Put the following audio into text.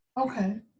Okay